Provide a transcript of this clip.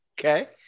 okay